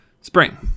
spring